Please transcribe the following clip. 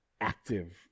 active